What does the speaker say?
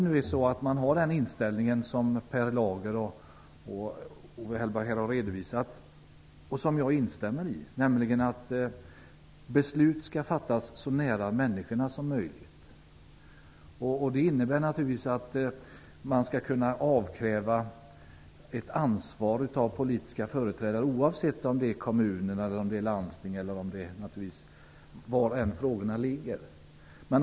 Jag instämmer i den inställning som Per Lager och Owe Hellberg har redovisat, nämligen att beslut skall fattas så nära människorna som möjligt. Det innebär naturligtvis att man skall kunna avkräva politiska företrädare ett ansvar oavsett om frågorna ligger hos kommunen eller landstinget.